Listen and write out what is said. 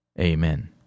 Amen